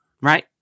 right